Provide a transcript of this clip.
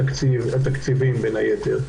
התקציבים בין היתר,